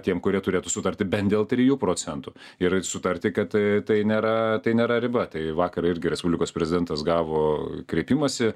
tiem kurie turėtų sutarti bent dėl trijų procentų ir sutarti kad tai tai nėra tai nėra riba tai vakar irgi respublikos prezidentas gavo kreipimąsi